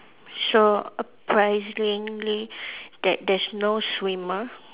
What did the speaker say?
surprisingly that there's no swimmer